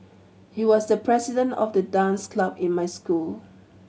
he was the president of the dance club in my school